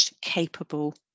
capable